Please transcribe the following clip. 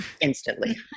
instantly